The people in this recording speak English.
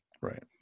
Right